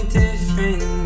different